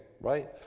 right